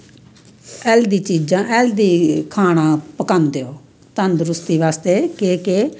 healthy चीजां healthy खाना पकांदे ओ तंदरुस्ती आस्तै केह् केह्